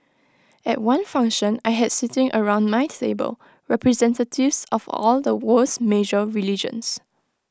at one function I had sitting around my stable representatives of all the world's major religions